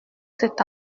cet